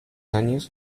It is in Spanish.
años